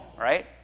Right